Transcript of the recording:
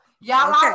Y'all